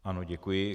Ano, děkuji.